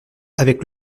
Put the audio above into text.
avec